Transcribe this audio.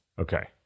Okay